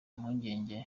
impungenge